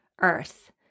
Earth